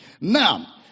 Now